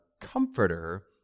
Comforter